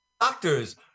Doctors